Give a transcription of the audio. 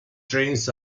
trains